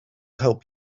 help